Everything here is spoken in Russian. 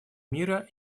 мира